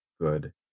good